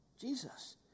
Jesus